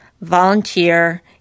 volunteer